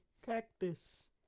Cactus